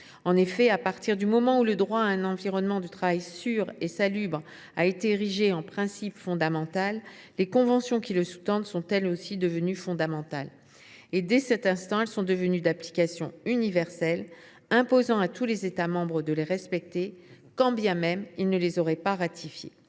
En effet, à partir du moment où le droit à un environnement de travail « sûr et salubre » a été érigé en principe fondamental, les conventions qui sous tendent ce droit sont elles aussi devenues fondamentales. Dès cet instant, elles sont devenues d’application universelle, tous les États membres de l’OIT étant tenus de les respecter, quand bien même ils ne les auraient pas ratifiées.